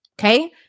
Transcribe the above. okay